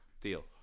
Deal